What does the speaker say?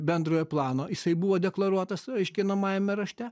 bendrojo plano jisai buvo deklaruotas aiškinamajame rašte